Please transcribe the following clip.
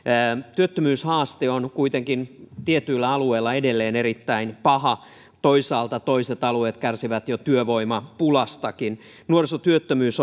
työttömyyshaaste on kuitenkin tietyillä alueilla edelleen erittäin paha toisaalta toiset alueet kärsivät jo työvoimapulastakin nuorisotyöttömyys